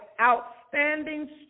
outstanding